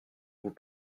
vous